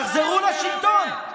תחזרו לשלטון.